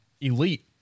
elite